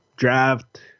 draft